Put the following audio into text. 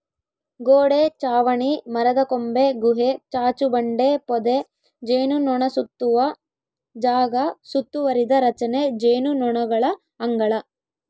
ಗೋಡೆ ಚಾವಣಿ ಮರದಕೊಂಬೆ ಗುಹೆ ಚಾಚುಬಂಡೆ ಪೊದೆ ಜೇನುನೊಣಸುತ್ತುವ ಜಾಗ ಸುತ್ತುವರಿದ ರಚನೆ ಜೇನುನೊಣಗಳ ಅಂಗಳ